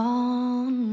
on